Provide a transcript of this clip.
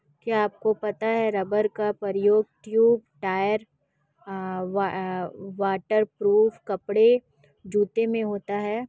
क्या आपको पता है रबर का उपयोग ट्यूब, टायर, वाटर प्रूफ कपड़े, जूते में होता है?